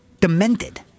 Demented